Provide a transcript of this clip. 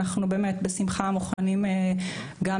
אנחנו באמת בשמחה מוכנים לקחת חלק גם